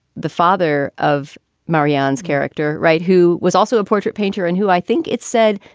the father of mariane's character, wright, who was also a portrait painter and who i think it said,